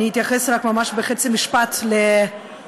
אני אתייחס רק ממש בחצי משפט לדברים